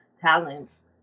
talents